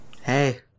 Hey